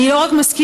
אני לא רק מסכימה,